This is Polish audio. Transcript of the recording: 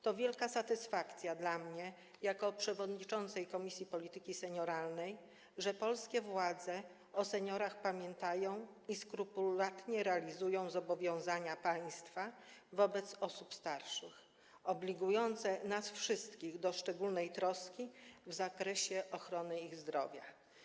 To wielka satysfakcja dla mnie jako przewodniczącej Komisji Polityki Senioralnej, że polskie władze pamiętają o seniorach i skrupulatnie realizują zobowiązania państwa wobec osób starszych obligujące nas wszystkich do szczególnej troski w zakresie ochrony ich zdrowia.